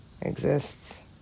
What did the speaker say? exists